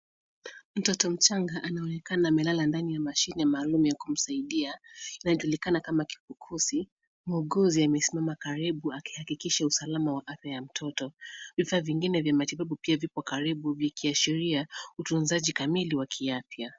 Mtoto mchanga anaonekana amelala ndani ya mashine maalum ya kumsaidia inayojulikana kama kifukusi. Mwuguzi amesimama karibu akihakikisha usalama wa afya ya mtoto. Vifaa vingine vya matibabu oia vipo karibu vikiashiria utunzaji kamili wa kiafya.